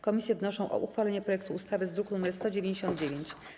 Komisje wnoszą o uchwalenie projektu ustawy z druku nr 199.